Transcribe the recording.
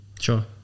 sure